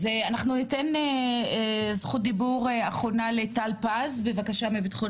אז אנחנו ניתן זכות דיבור אחרונה לטל פז מביטחון